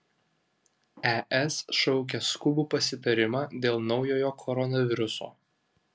es šaukia skubų pasitarimą dėl naujojo koronaviruso